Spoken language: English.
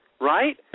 right